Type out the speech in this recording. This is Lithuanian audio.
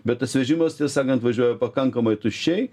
bet tas vežimas tiesą sakant atvažiuoja pakankamai tuščiai